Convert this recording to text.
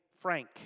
Frank